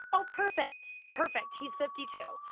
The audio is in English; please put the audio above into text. oh perfect, perfect. he's fifty two.